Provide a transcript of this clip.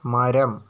മരം